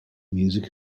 music